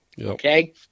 okay